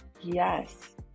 yes